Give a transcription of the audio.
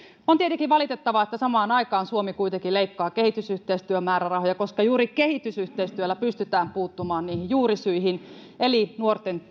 on tietenkin valitettavaa että samaan aikaan suomi kuitenkin leikkaa kehitysyhteistyömäärärahoja koska juuri kehitysyhteistyöllä pystytään puuttumaan juurisyihin eli edistämään nuorten